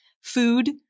food